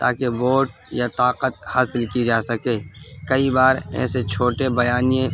تاکہ ووٹ یا طاقت حاصل کی جا سکے کئی بار ایسے چھوٹے بیان یہ